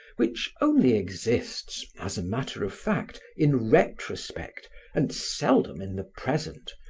which only exists as a matter of fact in retrospect and seldom in the present,